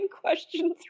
questions